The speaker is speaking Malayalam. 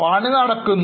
പണി നടക്കുന്നു